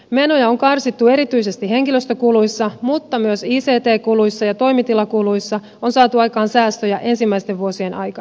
menoja on karsittu erityisesti henkilöstökuluissa mutta myös ict kuluissa ja toimitilakuluissa on saatu aikaan säästöjä ensimmäisten vuosien aikana